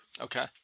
Okay